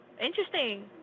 interesting